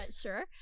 sure